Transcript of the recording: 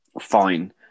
fine